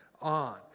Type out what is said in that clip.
on